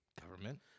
Government